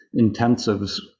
intensives